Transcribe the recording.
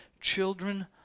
children